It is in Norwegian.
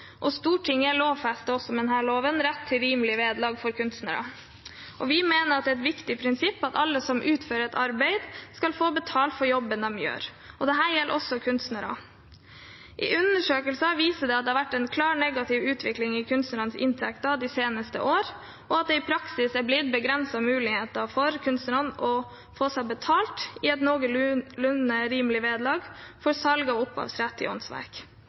og Stortinget lovfester med denne loven rett til rimelig vederlag for kunstnere. Vi mener det er et viktig prinsipp at alle som utfører et arbeid, skal få betalt for jobben de gjør, og dette gjelder også kunstnere. Undersøkelser har vist at det har vært en klar negativ utvikling i kunstnernes inntekter de seneste årene, og at det i praksis er blitt begrensede muligheter for kunstnere til å få betalt et noenlunde rimelig vederlag for salg av opphavsrett til åndsverk.